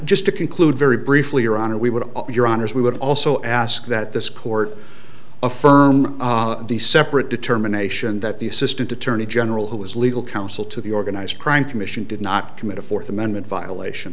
just to conclude very briefly your honor we would offer your honors we would also ask that this court affirm the separate determination that the assistant attorney general who is legal counsel to the organized crime commission did not commit a fourth amendment violation